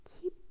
keep